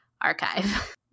Archive